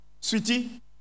sweetie